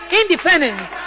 independence